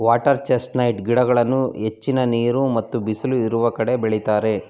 water chestnuts ಗಿಡಗಳನ್ನು ಹೆಚ್ಚಿನ ನೀರು ಮತ್ತು ಬಿಸಿಲು ಇರುವ ಕಡೆ ಬೆಳಿತರೆ